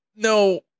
no